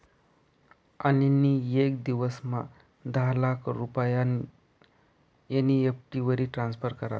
अनिल नी येक दिवसमा दहा लाख रुपया एन.ई.एफ.टी वरी ट्रान्स्फर करात